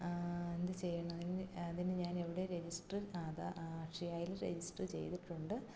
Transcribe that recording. എന്തു ചെയ്യണം അതിന് അതിന് ഞാനെവിടെ രജിസ്റ്റർ ആധാർ ആ അക്ഷയയിൽ രജിസ്റ്റർ ചെയ്തിട്ടുണ്ട്